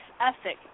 ethic